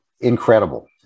incredible